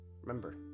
Remember